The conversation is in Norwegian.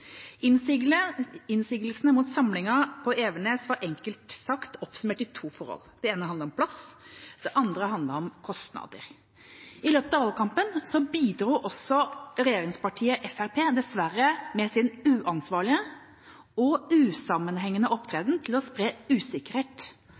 Innsigelsene mot samlingen på Evenes var enkelt sagt oppsummert i to forhold: Det ene handlet om plass, det andre handlet om kostnader. I løpet av valgkampen bidro også regjeringspartiet Fremskrittspartiet dessverre med sin uansvarlige og usammenhengende